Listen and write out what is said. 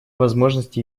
возможности